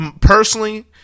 personally